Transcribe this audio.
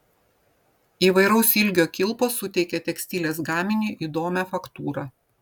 įvairaus ilgio kilpos suteikia tekstilės gaminiui įdomią faktūrą